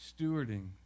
stewarding